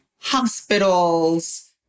hospitals